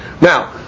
Now